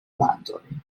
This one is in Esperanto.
landoj